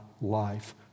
life